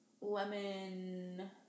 Lemon